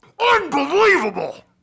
Unbelievable